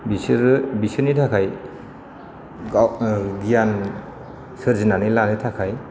बिसोरो बिसोरनि थाखाय गाव गियान सोरजिनानै लानो थाखाय